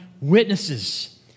witnesses